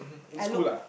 I looked